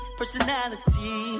personality